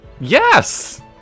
Yes